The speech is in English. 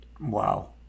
Wow